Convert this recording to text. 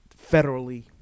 federally